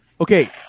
Okay